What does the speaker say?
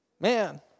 Man